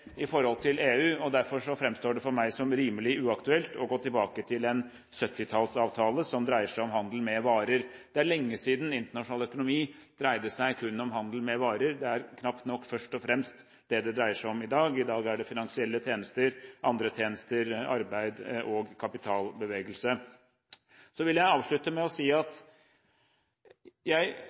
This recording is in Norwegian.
i forhold til EU. Derfor framstår det for meg som rimelig uaktuelt å gå tilbake til en 1970-tallsavtale som dreier seg om handel med varer. Det er lenge siden internasjonal økonomi dreide seg kun om handel med varer, det er knapt nok først og fremst det det dreier seg om i dag. I dag er det finansielle tjenester, andre tjenester, arbeid og kapitalbevegelse. Jeg vil avslutte med å si at jeg